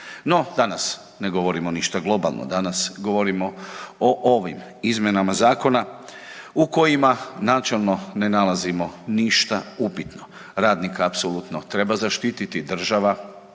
No danas ne govorimo ništa globalno, danas govorimo o ovim izmjenama zakona u kojima načelno ne nalazimo ništa upitno. Radnika apsolutno treba zaštititi, država